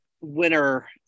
winner